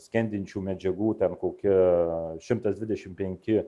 skendinčių medžiagų ten kokia šimtas dvidešimt penki